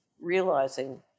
realizing